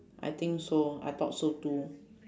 I think so I thought so too